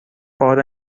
بار